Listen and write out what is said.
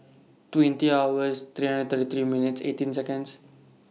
twenty nine July two thousand and twenty six twenty hours thirty three minutes eighteen Seconds